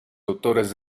autores